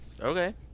okay